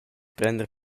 prender